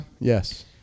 yes